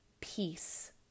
peace